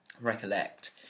recollect